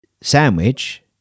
sandwich